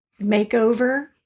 makeover